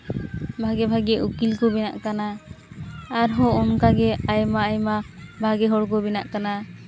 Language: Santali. ᱵᱷᱟᱜᱮᱼᱵᱷᱟᱜᱮ ᱩᱠᱤᱞ ᱠᱚ ᱵᱮᱱᱟᱜ ᱠᱟᱱᱟ ᱟᱨᱦᱚᱸ ᱚᱱᱠᱟ ᱜᱮ ᱟᱭᱢᱟᱼᱟᱭᱢᱟ ᱵᱷᱟᱜᱮ ᱦᱚᱲ ᱠᱚ ᱵᱮᱱᱟᱜ ᱠᱟᱱᱟ